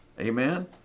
Amen